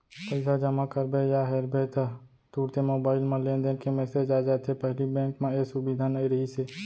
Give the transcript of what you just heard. पइसा जमा करबे या हेरबे ता तुरते मोबईल म लेनदेन के मेसेज आ जाथे पहिली बेंक म ए सुबिधा नई रहिस हे